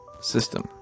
system